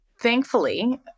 thankfully